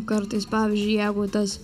kartais pavyzdžiui jeigu tas